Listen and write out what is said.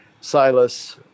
Silas